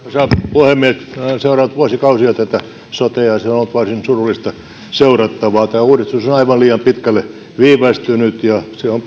puhemies olen seurannut vuosikausia tätä sotea ja ja se on ollut varsin surullista seurattavaa tämä uudistus on aivan liian pitkälle viivästynyt ja se on